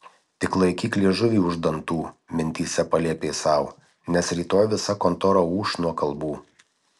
tik laikyk liežuvį už dantų mintyse paliepė sau nes rytoj visa kontora ūš nuo kalbų